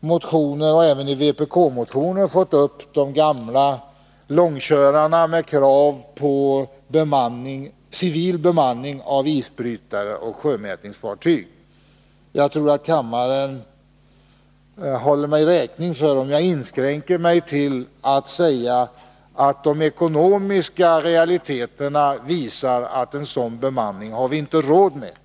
motioner och även i vpk-motioner fått upp de gamla långkörarna med krav på civil bemanning av isbrytare och sjömätningsfartyg. Jag tror att kammaren håller mig räkning för att jag inskränker mig till att säga att de ekonomiska realiteterna visar att vi inte har råd med en sådan bemanning.